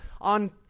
on